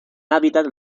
hábitat